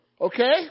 Okay